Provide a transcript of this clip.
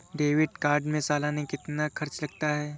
Debit card में सालाना कितना खर्च लगता है?